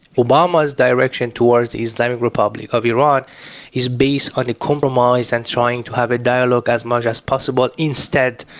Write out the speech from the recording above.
obama's direction towards the islamic republic of iran is based on a compromise and trying to have a dialogue as much as possible instead,